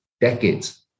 decades